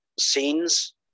Scenes